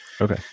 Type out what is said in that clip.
Okay